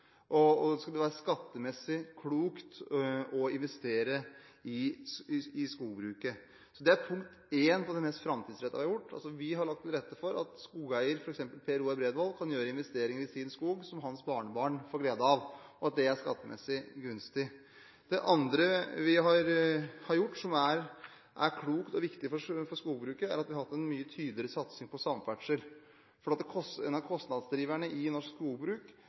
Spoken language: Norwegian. Det skal være skattemessig klokt å investere i skogbruket. Det er punkt én i det mest framtidsrettede vi har gjort. Vi har lagt til rette for at skogeier – f.eks. Per Roar Bredvold – kan gjøre investeringer i sin skog, som hans barnebarn får glede av, og at det er skattemessig gunstig. Det andre vi har gjort, som er klokt og viktig for skogbruket, er at vi har hatt en mye tydeligere satsning på samferdsel. En av kostnadsdriverne i norsk skogbruk